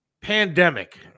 pandemic